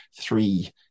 three